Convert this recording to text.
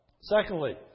Secondly